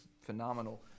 phenomenal